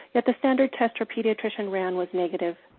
yet the standard test her pediatrician ran was negative.